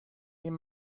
این